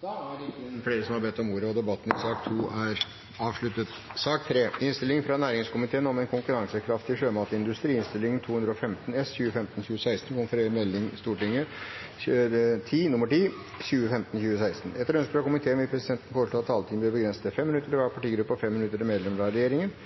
Flere har ikke bedt om ordet til sak nr. 2. Etter ønske fra komiteen vil presidenten foreslå at taletiden blir begrenset til 5 minutter til hver partigruppe og 5 minutter til medlemmer av regjeringen. Videre vil presidenten foreslå at det blir gitt anledning til